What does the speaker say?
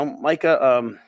Micah